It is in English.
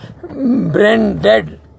brain-dead